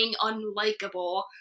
unlikable